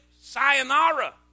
sayonara